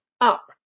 up